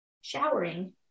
showering